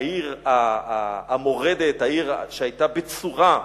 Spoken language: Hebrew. העיר המורדת, העיר שהיתה בצורה.